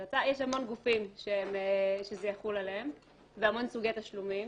המון גופים שזה יחול עליהם והמון סוגי תשלומים.